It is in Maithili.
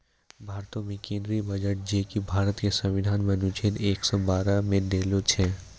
भारतो के केंद्रीय बजट जे कि भारत के संविधान मे अनुच्छेद एक सौ बारह मे देलो छै